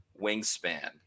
wingspan